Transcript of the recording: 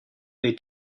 they